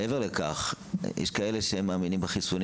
מעבר לכך, יש כאלה שמאמינים בחיסונים